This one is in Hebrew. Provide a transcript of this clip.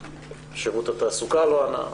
שירות התעסוקה לא ענה.